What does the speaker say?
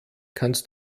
kannst